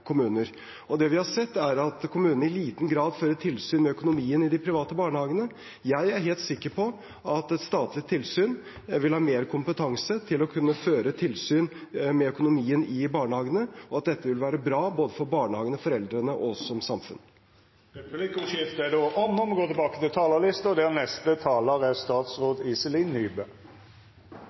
kommuner. Det vi har sett, er at kommuner i liten grad fører tilsyn med økonomien i de private barnehagene. Jeg er helt sikker på at et statlig tilsyn vil ha mer kompetanse til å kunne føre tilsyn med økonomien i barnehagene, og at dette vil være bra både for barnehagene, foreldrene og for oss som samfunn. Replikkordskiftet er då over. Statsbudsjettet for 2020 inneholder noen viktige milepæler på forsknings- og